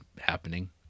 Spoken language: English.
happening